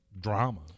drama